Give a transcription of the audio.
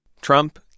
Trump